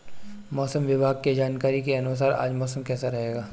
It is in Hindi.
मौसम विभाग की जानकारी के अनुसार आज मौसम कैसा रहेगा?